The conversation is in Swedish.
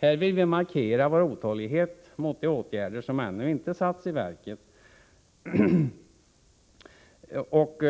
Här vill vi markera vår otålighet mot att åtgärder ännu inte satts in och